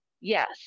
Yes